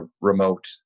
remote